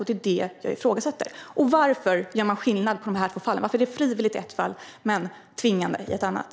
Det är vad jag ifrågasätter. Varför gör man skillnad på de två fallen? Varför är det frivilligt i ett fall men tvingande i ett annat?